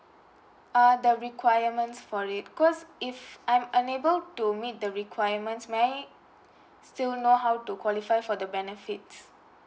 ah the requirements for it 'cos if I'm unable to meet the requirements may I still know how to qualify for the benefits